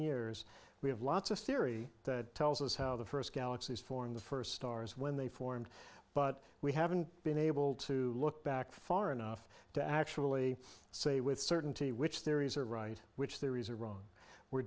years we have lots of theory that tells us how the first galaxies formed the first stars when they formed but we haven't been able to look back far enough to actually say with certainty which theories are right which theories are wrong we're